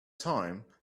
time